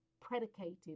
predicated